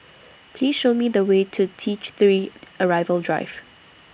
Please Show Me The Way to T three Arrival Drive